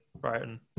Brighton